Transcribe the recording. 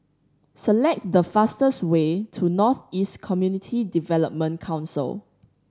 select the fastest way to North East Community Development Council